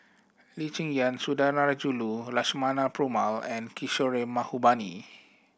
Lee Cheng Yan Sundarajulu Lakshmana Perumal and Kishore Mahbubani